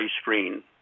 screen